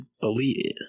believe